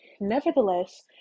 nevertheless